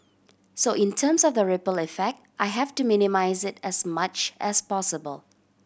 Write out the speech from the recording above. so in terms of the ripple effect I have to minimise it as much as possible